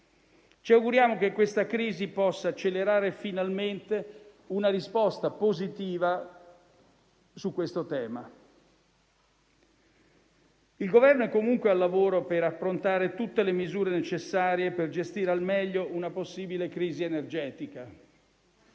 Ci auguriamo che questa crisi possa accelerare finalmente una risposta positiva su questo tema. Il Governo è comunque al lavoro per approntare tutte le misure necessarie per gestire al meglio una possibile crisi energetica.